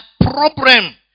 problem